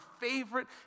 favorite